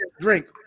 drink